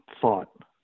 thought